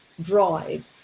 drive